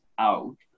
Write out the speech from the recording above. out